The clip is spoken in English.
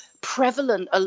prevalent